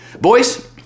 boys